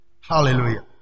Hallelujah